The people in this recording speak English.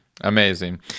Amazing